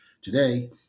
today